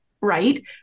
right